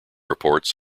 reports